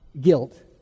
guilt